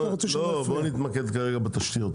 לא, בוא נתמקד כרגע בתשתיות.